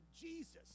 Jesus